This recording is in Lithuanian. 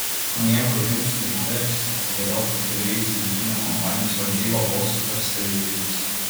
nieko jums neišdegs vėliau pakeliui į centrinę kompanijos valdybą bosui tarstelėjo jis